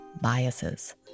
biases